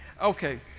Okay